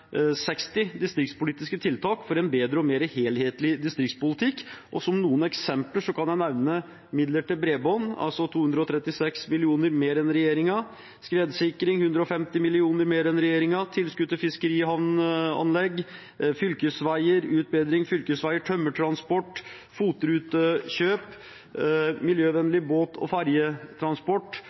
60 distriktspolitiske tiltak for en bedre og mer helhetlig distriktspolitikk. Som noen eksempler kan jeg nevne midler til bredbånd: 236 mill. kr mer enn regjeringen skredsikring: 150 mill. kr mer enn regjeringen tilskudd til fiskerihavneanlegg fylkesveier utbedring på fylkesveier for tømmertransport FOT-rutekjøp miljøvennlig båt- og ferjetransport